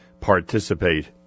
participate